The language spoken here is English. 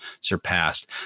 surpassed